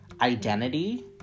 identity